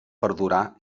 perdurar